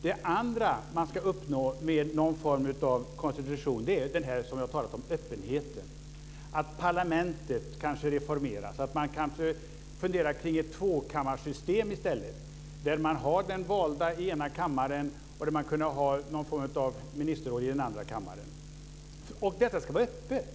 Det andra man ska uppnå med någon form av konstitution är öppenheten som jag har talat om. Parlamentet kanske ska reformeras. Man ska kanske fundera på ett tvåkammarsystem där man har de valda i den ena kammaren och någon form av ministerråd i den andra kammaren. Detta ska vara öppet.